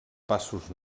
passos